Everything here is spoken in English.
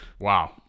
Wow